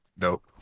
Nope